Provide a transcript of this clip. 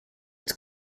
its